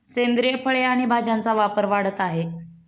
सेंद्रिय फळे आणि भाज्यांचा व्यापार वाढत आहे